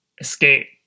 escape